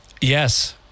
Yes